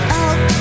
out